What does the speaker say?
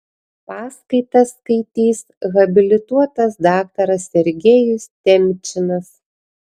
paskaitą skaitys habilituotas daktaras sergejus temčinas